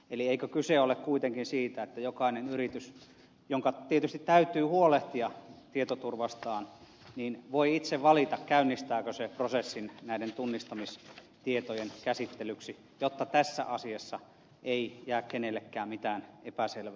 eli eikö kyse ole kuitenkin siitä että jokainen yritys jonka tietysti täytyy huolehtia tietoturvastaan voi itse valita käynnistääkö se prosessin näiden tunnistamistietojen käsittelyksi jotta tässä asiassa ei jää kenellekään mitään epäselvää